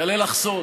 אגלה לך סוד,